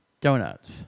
Donuts